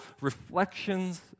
reflections